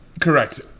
correct